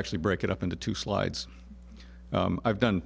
actually break it up into two slides i've done